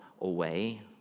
away